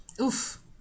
Oof